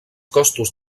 costos